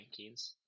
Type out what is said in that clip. rankings